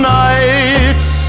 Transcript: nights